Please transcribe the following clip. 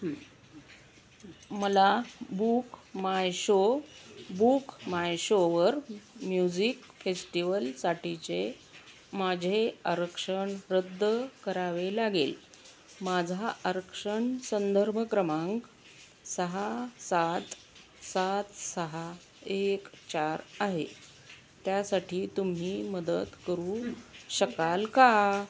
मला BookMyShow बूक मायशोवर म्युझिक फेस्टिवलसाठीचे माझे आरक्षण रद्द करावे लागेल माझा आरक्षण संदर्भ क्रमांक सहा सात सात सहा एक चार आहे त्यासाठी तुम्ही मदत करू शकाल का